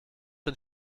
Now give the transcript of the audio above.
den